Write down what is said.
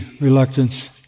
reluctance